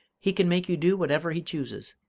he can make you do whatever he chooses.